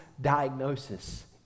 diagnosis